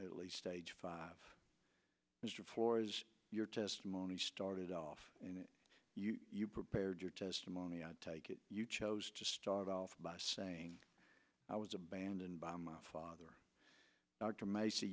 at least age five mr flores your testimony started off and you prepared your testimony i take it you chose to start off by saying i was abandoned by my father